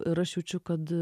ir aš jaučiu kad